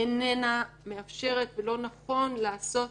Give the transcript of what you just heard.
איננה מאפשרת ולא נכון לעשות